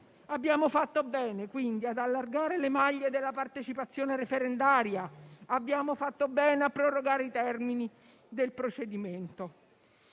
abbiamo fatto bene quindi ad allargare le maglie della partecipazione referendaria e abbiamo fatto bene a prorogare i termini del procedimento.